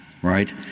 Right